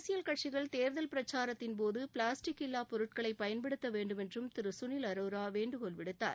அரசியல் கட்சிகள் தேர்தல் பிரச்சாரத்தின் போது பிளாஸ்டிக் இல்லா பொருட்களை பயன்படுத்த வேண்டுமென்றும் திரு சுனில் அரோரா வேண்டுகோள் விடுத்தார்